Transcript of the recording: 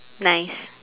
nice